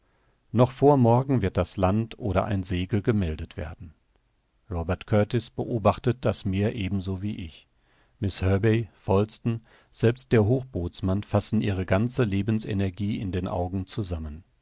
noch vor morgen wird das land oder ein segel gemeldet werden robert kurtis beobachtet das meer ebenso wie ich miß herbey falsten selbst der hochbootsmann fassen ihre ganze lebensenergie in den augen zusammen